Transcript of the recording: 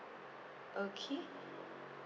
okay